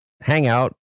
hangout